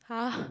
!huh!